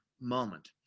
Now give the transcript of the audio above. moment